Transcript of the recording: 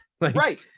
right